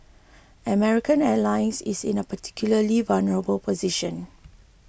American Airlines is in a particularly vulnerable position